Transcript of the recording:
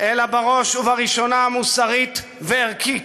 אלא בראש ובראשונה מוסרית וערכית.